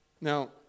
Now